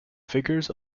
figures